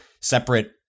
separate